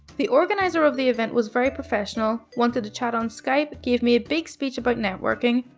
the organizer of the event was very professional, wanted to chat on skype, gave me a big speech about networking,